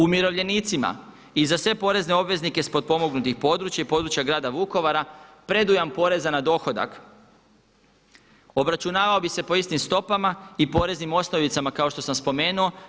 Umirovljenicima i za sve porezne obveznike sa potpomognutih područja i područja grada Vukovara predujam poreza na dohodak obračunavao bi se po istim stopama i poreznim osnovicama kao što sam spomenuo.